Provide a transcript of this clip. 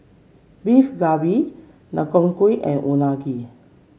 Beef Galbi Deodeok Gui and Unagi